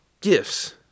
Gifts